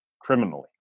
criminally